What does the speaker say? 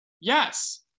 yes